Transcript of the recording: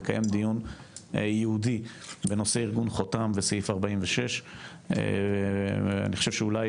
לקיים דיון ייעודי בנושא ארגון חותם וסעיף 46. אני חושב שאולי,